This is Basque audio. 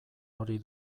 hori